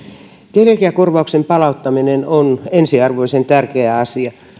keliakiakorvauksen palauttaminen on ensiarvoisen tärkeä asia